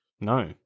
No